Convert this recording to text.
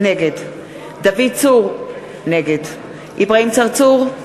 נגד דוד צור, נגד אברהים צרצור,